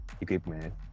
equipment